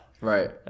right